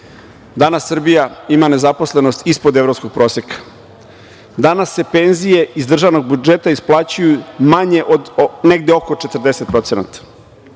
Srbija ima nezaposlenost ispod evropskog proseka. Danas se penzije iz državnog budžeta isplaćuju oko 40%,